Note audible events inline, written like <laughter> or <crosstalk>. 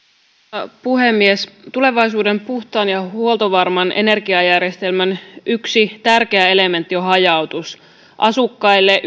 arvoisa puhemies tulevaisuuden puhtaan ja huoltovarman energiajärjestelmän yksi tärkeä elementti on hajautus asukkaille <unintelligible>